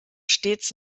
stets